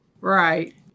Right